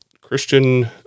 Christian